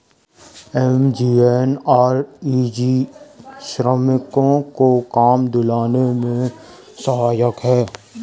MGNREGA श्रमिकों को काम दिलाने में सहायक है